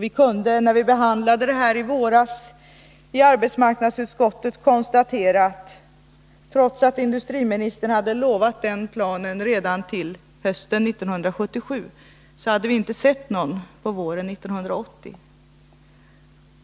Vi kunde när vi behandlade denna fråga i våras i arbetsmarknadsutskottet konstatera, att trots att industriministern hade lovat den planen redan till hösten 1977 hade vi inte sett någon på våren 1980.